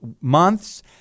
months